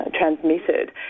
transmitted